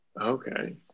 Okay